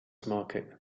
market